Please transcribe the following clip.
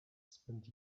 spent